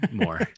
more